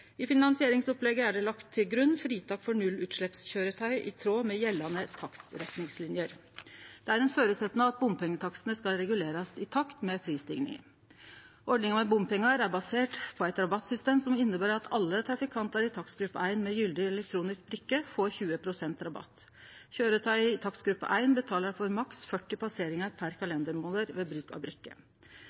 i tråd med gjeldande takstretningslinjer. Det er ein føresetnad at bompengetakstane skal regulerast i takt med prisstiginga. Ordninga med bompengar er basert på eit rabattsystem som inneber at alle trafikantar i takstgruppe 1 med gyldig elektronisk brikke får 20 pst. rabatt. Køyretøy i takstgruppe 1 betalar for maks 40 passeringar per kalendermånad ved bruk av